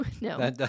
no